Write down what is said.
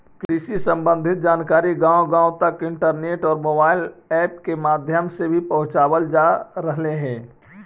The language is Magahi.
कृषि संबंधी जानकारी गांव गांव तक इंटरनेट और मोबाइल ऐप के माध्यम से भी पहुंचावल जा रहलई हे